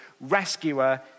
rescuer